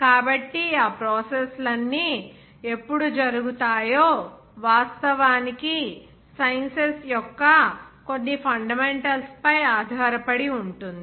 కాబట్టి ఆ ప్రాసెస్ లన్నీ ఎప్పుడు జరుగుతాయో వాస్తవానికి సైన్సెస్ యొక్క కొన్ని ఫండమెంటల్స్ పై ఆధారపడి ఉంటుంది